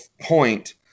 point